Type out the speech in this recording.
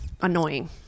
annoying